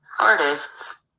artists